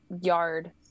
yard